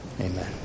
Amen